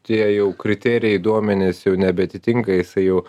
tie jau kriterijai duomenys jau nebeatitinka jisai jau